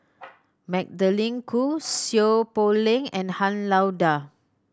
Magdalene Khoo Seow Poh Leng and Han Lao Da